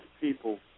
people